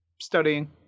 studying